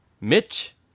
Mitch